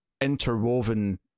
interwoven